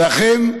ואכן,